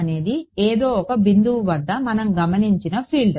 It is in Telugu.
అనేది ఏదో ఒక బిందువు వద్ద మనం గమనించిన ఫీల్డ్